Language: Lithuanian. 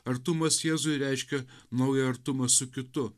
artumas jėzui reiškia naują artumą su kitu